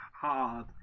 hard